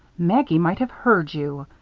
maggie might have heard you.